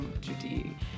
Judy